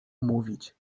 mówić